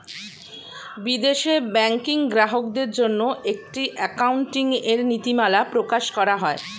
বিদেশে ব্যাংকিং গ্রাহকদের জন্য একটি অ্যাকাউন্টিং এর নীতিমালা প্রকাশ করা হয়